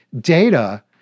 data